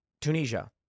Tunisia